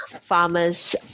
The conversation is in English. farmers